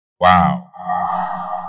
Wow